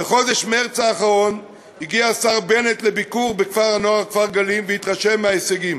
בחודש מרס האחרון הגיע בנט לביקור בכפר-הנוער כפר-גלים והתרשם מההישגים.